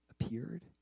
appeared